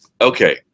Okay